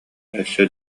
өссө